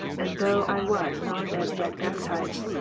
and though i was not as yet bap tized,